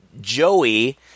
Joey